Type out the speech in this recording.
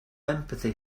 empathy